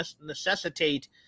necessitate